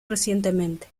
recientemente